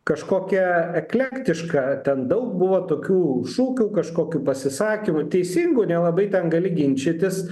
kažkokia eklektiška ten daug buvo tokių šūkių kažkokių pasisakymų teisingų nelabai ten gali ginčytis